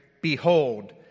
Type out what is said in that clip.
Behold